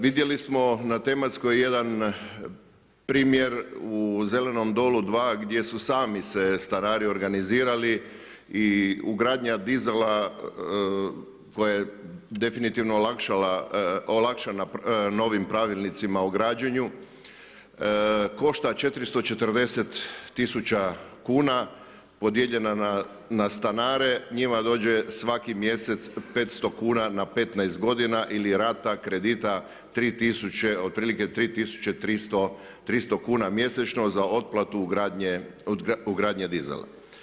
Vidjeli smo na tematskoj jedan primjer u Zelenom dolu 2 gdje su sami se stanari organizirali i ugradnja dizela koja je definitivno olakšana novim pravilnicima o građenju košta 440000 kn, podijeljeno na stanare, njima dođe svaki mjesec 500 kn na 15 g. ili rata kredita 3000 otprilike 3300 kn mjesečno za otplatu ugradnje dizela.